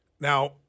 Now